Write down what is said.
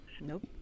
Nope